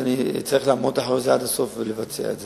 אני צריך לעמוד מאחורי זה עד הסוף ולבצע את זה.